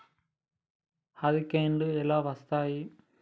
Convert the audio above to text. హరికేన్లు ఎలా వస్తాయి?